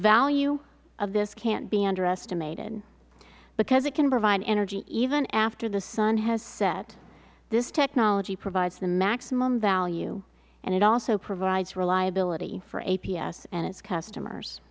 value of this can't be underestimated because it can provide energy even after the sun has set this technology provides the maximum value and it also provides reliability for aps and its customers